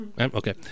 Okay